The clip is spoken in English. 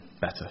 better